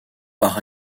par